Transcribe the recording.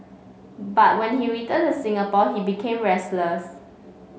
but when he returned to Singapore he became restless